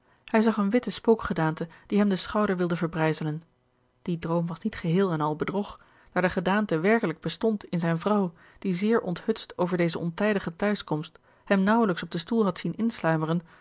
hij zag eene witte spookgedaante die hem den schouder wilde verbrijzelen die droom was niet geheel en al bedrog daar de gedaante werkelijk bestond in zijne vrouw die zeer onthutst over deze ontijdige tehuiskomst hem naauwelijks op den stoel had zien insluimeren